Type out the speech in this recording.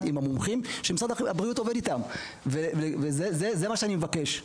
עם המומחים שמשרד הבריאות עובד איתם וזה מה שאני מבקש.